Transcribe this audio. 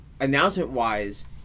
announcement-wise